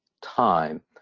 time